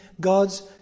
God's